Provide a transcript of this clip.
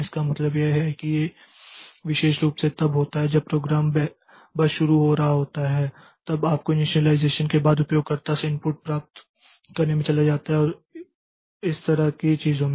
इसका मतलब यह है कि यह विशेष रूप से तब होता है जब प्रोग्राम बस शुरू हो रहा होता है तब आपको इनिशियलाइज़ेशन के बाद उपयोगकर्ता से इनपुट प्राप्त करने में चला जाता है और इस तरह की चीजों में